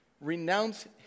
Renounce